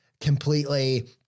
completely